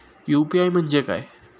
UPI म्हणजे काय?